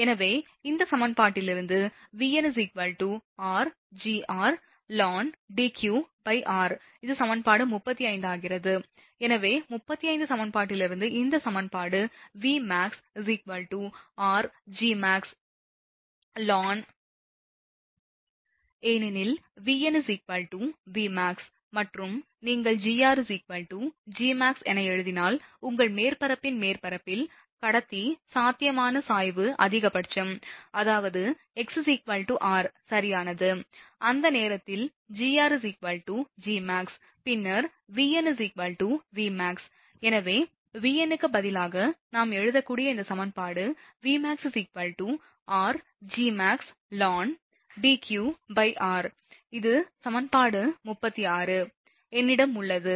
எனவே இந்த சமன்பாட்டிலிருந்து Vn rGrln Deqr இது சமன்பாடு 35 ஆகிறது எனவே 35 சமன்பாட்டிலிருந்து இந்த சமன்பாடு Vmax r Gmax ln Deqr ஆக மாறும் ஏனெனில் Vn Vmax மற்றும் நீங்கள் Gr Gmax என கருதினால் உங்கள் மேற்பரப்பின் மேற்பரப்பில் கடத்தி சாத்தியமான சாய்வு அதிகபட்சம் அதாவது x r சரியானது அந்த நேரத்தில் Gr Gmax பின்னர் Vn Vmax எனவே Vn க்கு பதிலாக நாம் எழுதக்கூடிய இந்த சமன்பாடு Vmax rGmax ln Deqr இது சமன்பாடு 36a என்னிடம் உள்ளது